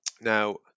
Now